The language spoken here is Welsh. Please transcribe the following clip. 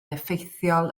effeithiol